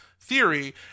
theory